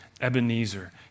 Ebenezer